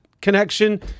connection